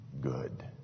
good